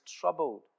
troubled